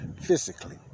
physically